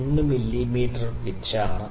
1 millimetre pitch ആണ്